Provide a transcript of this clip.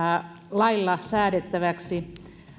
lailla säädettäväksi